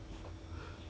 not for the wedding ah